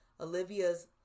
Olivia's